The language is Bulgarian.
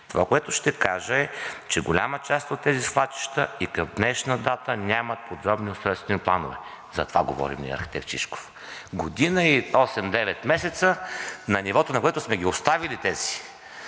Това, което ще кажа, е, че голяма част от тези свлачища и към днешна дата нямат подробни устройствени планове.“ За това говорим ние, архитект Шишков. Година и осем-девет месеца на нивото, на което сме ги оставили тези